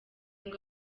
ngo